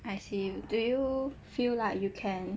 I see do you feel like you can